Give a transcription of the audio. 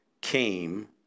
came